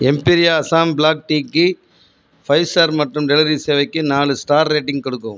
எம்பீரியா Assam black டீக்கு five star மற்றும் delivery சேவைக்கு நாலு ஸ்டார் ரேட்டிங் கொடுக்கவும்